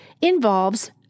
involves